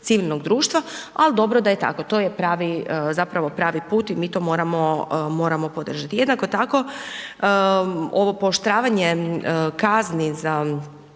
civilnog društva, ali dobro da je tako. To je pravi zapravo pravi put i mi to moramo, moramo podržati. Jednako tako ovo pooštravanje kazni za